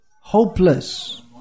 hopeless